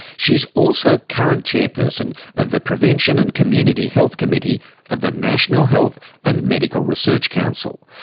she's also current chairperson of the prevention and community health committee of the national health and medical research council,